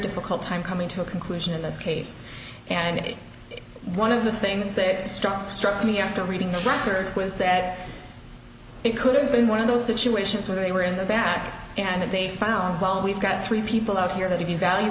difficult time coming to a conclusion in this case and one of the things that struck struck me after reading the record was that it could have been one of those situations where they were in the back and they found well we've got three people out here that